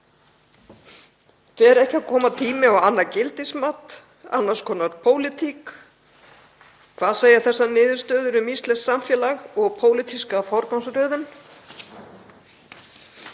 Fer ekki að koma tími á annað gildismat og annars konar pólitík? Hvað segja þessar niðurstöður um íslenskt samfélag og pólitíska forgangsröðun?